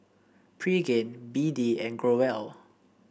Pregain B D and Growell